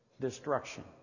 destruction